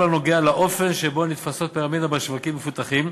הנוגע לאופן שבו נתפסות פירמידות בשווקים מפותחים.